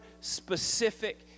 specific